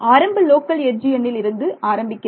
ஆரம்ப local edge எண்ணில் இருந்து ஆரம்பிக்கிறேன்